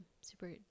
super